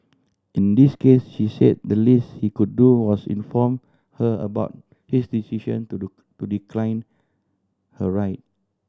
in this case she said the least he could do was inform her about his decision to do to decline her ride